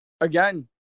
again